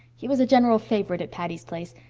he was a general favorite at patty's place,